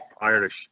Irish